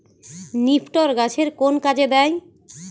নিপটর গাছের কোন কাজে দেয়?